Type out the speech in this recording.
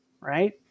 right